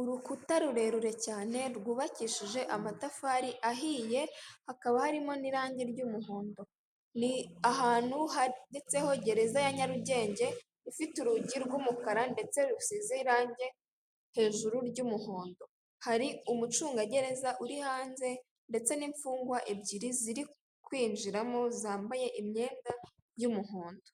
urukuta rurerure cyane rwubakishije amatafari ahiye, hakaba harimo n'irangi ry'umuhondo ni ahantu handitseho gereza ya Nyarugenge, ifite urugi rw'umukara ndetse rusize irangi hejuru ry'umuhondo. Hari umucungagereza uri hanze ndetse n'imfungwa ebyiri ziri kwinjiramo zambaye imyenda y'umuhondo.